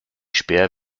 späher